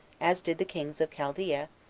as did the kings of chaldea,